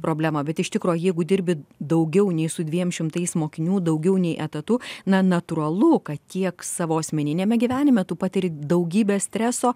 problemą bet iš tikro jeigu dirbi daugiau nei su dviem šimtais mokinių daugiau nei etatu na natūralu kad tiek savo asmeniniame gyvenime tu patiri daugybę streso